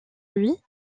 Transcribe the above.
lui